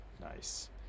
Nice